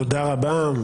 תודה רבה.